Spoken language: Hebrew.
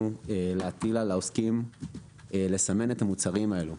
להטיל על העוסקים לסמן את המוצרים האלה,